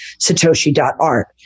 satoshi.art